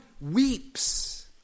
weeps